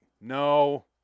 no